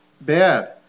bad